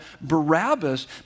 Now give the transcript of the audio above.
Barabbas